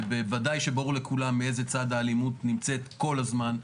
בוודאי שברור לכולם באיזה צד נמצאת האלימות כל הזמן.